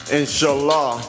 inshallah